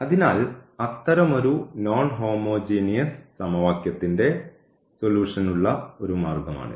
അതിനാൽ അത്തരമൊരു non homogeneous സമവാക്യത്തിൻറെ സൊല്യൂഷൻനുള്ള ഒരു മാർഗ്ഗമാണിത്